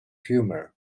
humour